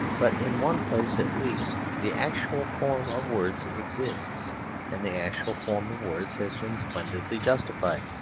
but in one place, at least, the actual form of words exists and the actual form of words has been splendidly justified.